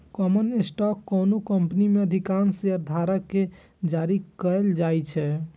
common stock कोनो company मे अधिकांश शेयरधारक कें जारी कैल जाइ छै